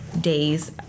days